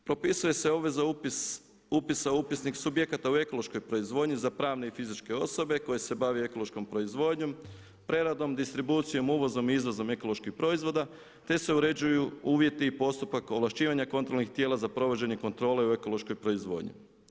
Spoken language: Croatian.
Propisuje se obveza za upis upisa upisnik subjekata u ekološkoj proizvodnji za pravne i fizičke osobe koje se bave ekološkom proizvodnjom, preradom, distribucijom, uvozom i izvozom ekoloških proizvoda te se uređuju uvjeti i postupak ovlašćivanja kontrolnih tijela za provođenje kontrole u ekološkoj proizvodnji.